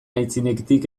aitzinetik